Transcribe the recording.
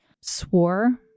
swore